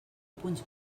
punts